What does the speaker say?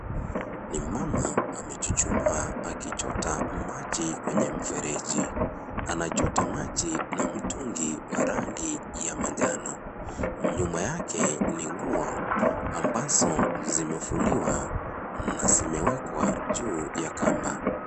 Ni mama amechuchumaa akichota maji kwenye mfereji. Anachota maji na mtungi wa rangi ya manjano. Nyuma yake ni nguo ambazo zimefuliwa na zimewekwa juu ya kamba.